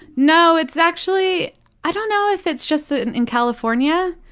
no, it's actually i don't know if it's just in california,